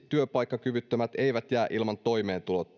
työpaikkakyvyttömät eivät jää ilman toimeentuloa